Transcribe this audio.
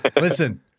listen